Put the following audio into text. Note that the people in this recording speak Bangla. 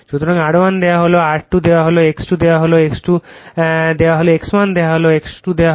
সুতরাং R1 দেওয়া হল R2 দেওয়া হল X1 দেওয়া হল X2 দেওয়া হল X2 দেওয়া হল